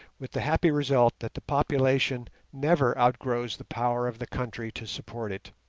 with the happy result that the population never outgrows the power of the country to support it.